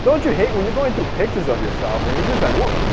don't you hate when you're going through pictures of yourself and you're just like what,